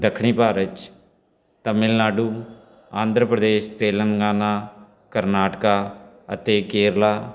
ਦੱਖਣੀ ਭਾਰਤ 'ਚ ਤਮਿਲਨਾਡੂ ਆਂਧਰਾ ਪ੍ਰਦੇਸ਼ ਤੇਲੰਗਨਾ ਕਰਨਾਟਕਾ ਅਤੇ ਕੇਰਲਾ